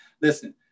listen